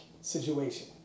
situation